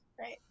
Right